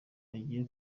agiye